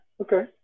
okay